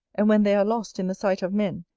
and when they are lost in the sight of men,